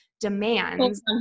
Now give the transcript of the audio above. demands